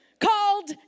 called